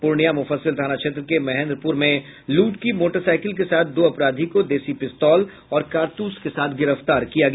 पूर्णिया मुफ्फसिल थाना क्षेत्र के महेंद्रपुर में लूट की मोटरसाइकिल के साथ दो अपराधी को देशी पिस्तौल और कारतूस के साथ गिरफ्तार किया गया